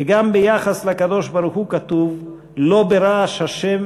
וגם ביחס לקדוש-ברוך-הוא כתוב: "לא ברעש ה',